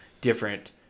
different